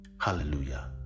Hallelujah